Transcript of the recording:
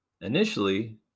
Initially